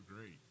great